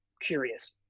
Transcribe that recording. curious